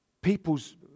people's